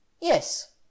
Yes